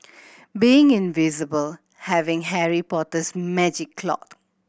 being invisible having Harry Potter's magic cloak